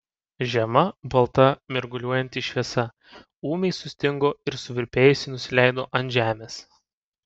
žema balta mirguliuojanti šviesa ūmiai sustingo ir suvirpėjusi nusileido ant žemės